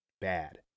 bad